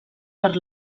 per